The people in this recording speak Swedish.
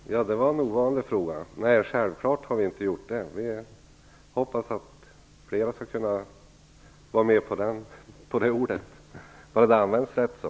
Fru talman! Det var en ovanlig fråga. Nej, det har vi självfallet inte gjort. Vi hoppas att flera skall kunna vara med på det ordet, bara det används rätt.